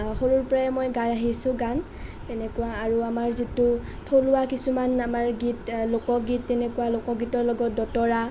সৰুৰ পৰাই মই গাই আহিছোঁ গান এনেকুৱা আৰু আমাৰ যিটো থলুৱা কিছুমান আমাৰ গীত লোকগীত তেনেকুৱা লোকগীতৰ লগত দতৰা